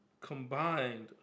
Combined